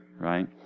Right